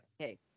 Okay